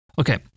Okay